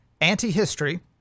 anti-history